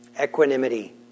Equanimity